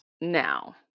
Now